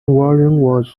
was